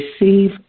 receive